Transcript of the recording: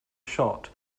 shot